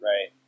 Right